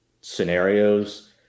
scenarios